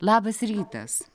labas rytas